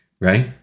right